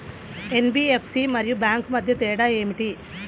NBFC మరియు bank మధ్య తేడా ఏమిటీ?